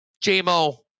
J-Mo